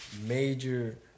major